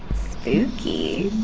spooky.